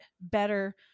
better